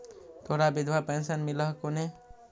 तोहरा विधवा पेन्शन मिलहको ने?